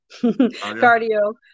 cardio